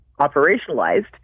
operationalized